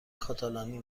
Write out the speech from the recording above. کاتالانی